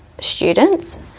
students